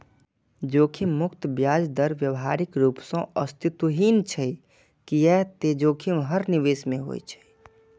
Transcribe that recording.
जोखिम मुक्त ब्याज दर व्यावहारिक रूप सं अस्तित्वहीन छै, कियै ते जोखिम हर निवेश मे होइ छै